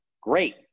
great